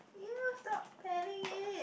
!eww! stop fanning it